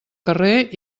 carrer